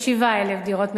187,000. 187,000 דירות,